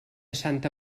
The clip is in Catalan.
santa